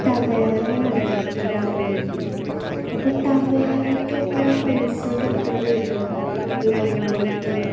Tavera നല്ലയായിരിക്കൂലേ okay അപ്പോൾ ടവേരക്ക് അപ്പോൾ പൈസ ഒക്കെ എത്ര വരും ഒരു വൺ ഡേക്ക്